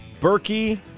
Berkey